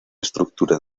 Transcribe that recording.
estructura